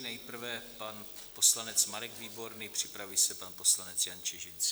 Nejprve pan poslanec Marek Výborný, připraví se pan poslanec Jan Čižinský.